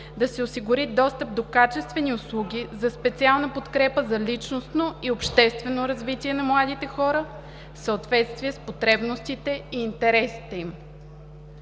„Да си осигури достъп до качествени услуги за специална подкрепа за личностно и обществено развитие на младите хора в съответствие с потребностите и интересите им“.